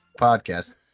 podcast